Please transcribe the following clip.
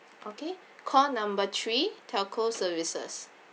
okay call number three telco services